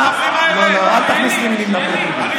לא, לא, אל תכניס לי מילים לפה, דודי.